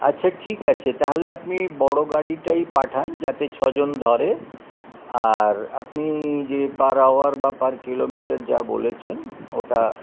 আচ্ছা ঠিক আছে তাহলে আপনি বড় গাড়িটাই পাঠান যাতে ছজন ধরে আর আপনি যে পার আওয়ার বা পার কিলোমিটার যা বলেছেন ওটা